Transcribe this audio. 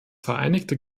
vereinigte